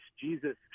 Jesus